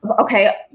Okay